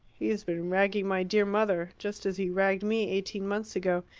he's been ragging my dear mother just as he ragged me eighteen months ago,